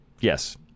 Yes